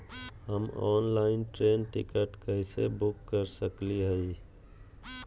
हम online train ticket कैसे book कर सकली हई?